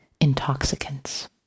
intoxicants